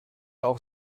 auch